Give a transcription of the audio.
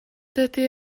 dydy